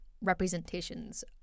representations